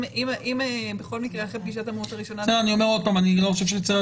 אם בכל מקרה אחרי פגישת המהות הראשונה --- אני לא חושב שאני צד,